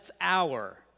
hour